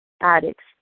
addicts